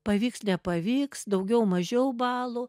pavyks nepavyks daugiau mažiau balų